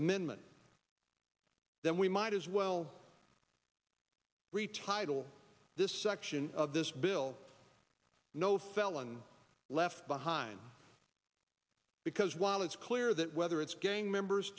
amendment then we might as well retitle this section of this bill no felon left behind because while it's clear that whether it's gang members